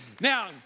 Now